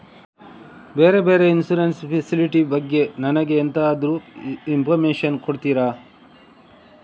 ಬೇರೆ ಬೇರೆ insurance facility ಬಗ್ಗೆ ನನಗೆ ಎಂತಾದ್ರೂ ಇನ್ಫೋರ್ಮೇಷನ್ ಕೊಡ್ತೀರಾ?